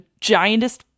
giantest